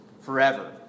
forever